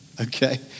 Okay